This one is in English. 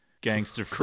gangster